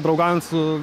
draugaujant su